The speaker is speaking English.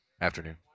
Afternoon